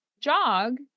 jog